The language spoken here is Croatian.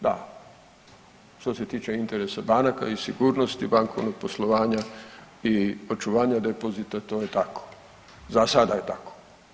Da, što se tiče interesa banaka i sigurnosti bankovnog poslovanja i očuvanja depozita, to je tako, za sada je tako.